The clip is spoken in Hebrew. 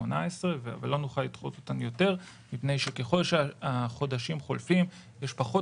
ולא נוכל לדחות אותן יותר מפני שככל שהחודשים חולפים יש פחות